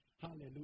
Hallelujah